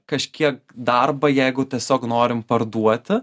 kažkiek darbą jeigu tiesiog norim parduoti